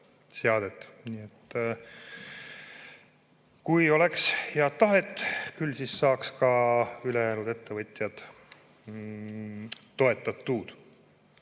Kui oleks head tahet, küll siis saaks ka ülejäänud ettevõtted toetatud.